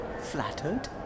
Flattered